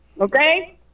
Okay